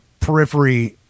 Periphery